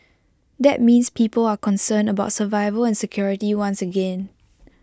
that means people are concerned about survival and security once again